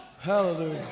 Hallelujah